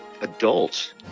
adults